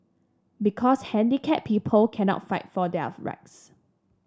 because handicapped people cannot fight for their rights